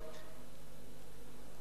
גם אם זה גובר על התפקיד שלה,